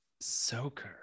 soaker